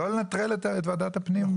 לא לנטרל את ועדת הפנים מכל הנושא.